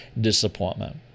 disappointment